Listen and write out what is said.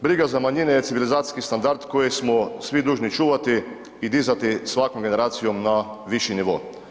Briga za manjine je civilizacijski standard koji smo svi dužni čuvati i dizati svakom generacijom na viši nivo.